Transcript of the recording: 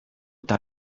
eta